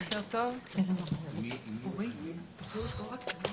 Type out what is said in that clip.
בוקר טוב לכל הנוכחים והנוכחות כאן,